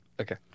Okay